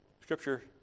scripture